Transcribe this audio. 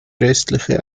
rechtliche